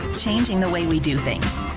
changing the way we do things.